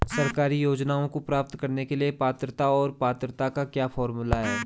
सरकारी योजनाओं को प्राप्त करने के लिए पात्रता और पात्रता का क्या फार्मूला है?